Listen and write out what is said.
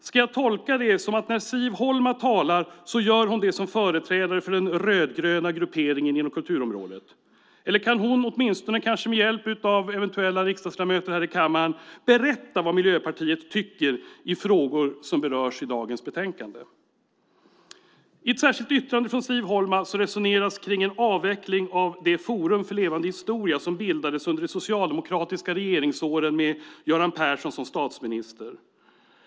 Ska jag tolka detta som att när Siv Holma talar gör hon det som företrädare för den rödgröna grupperingen inom kulturområdet? Eller kan hon åtminstone, kanske med hjälp av några riksdagsledamöter här i kammaren, berätta vad Miljöpartiet tycker i frågor som berörs i dagens betänkande? I ett särskilt yttrande från Siv Holma resoneras kring en avveckling av Forum för levande historia som bildades under de socialdemokratiska regeringsåren med Göran Persson som statsminister.